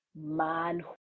man